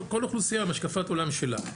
כל אוכלוסייה והשקפת העולם שלה.